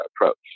approach